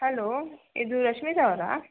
hello ಇದು ಲಕ್ಷ್ಮೀಶ್ ಅವರ